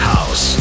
House